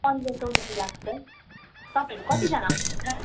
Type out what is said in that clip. पन्ध्र सौ जति लाग्छ तपाईँहरू कतिजाना आउनुहुन्छ